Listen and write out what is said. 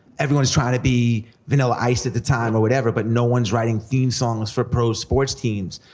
everyone is trying to be vanilla ice at the time, or whatever, but no one's writing theme songs for pro sports teams.